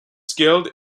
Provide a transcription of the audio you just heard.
skilled